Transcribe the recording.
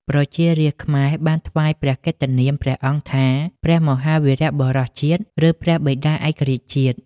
ប្រជារាស្ត្រខ្មែរបានថ្វាយព្រះកិត្តិនាមព្រះអង្គថា "ព្រះមហាវីរបុរសជាតិ ឬព្រះបិតាឯករាជ្យជាតិ"។